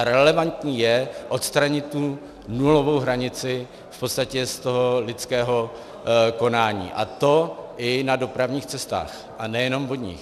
Relevantní je odstranit tu nulovou hranici v podstatě z toho lidského konání, a to i na dopravních cestách, a nejenom vodních.